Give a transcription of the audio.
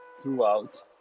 throughout